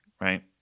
right